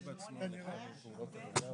משמע כן,